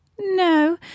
no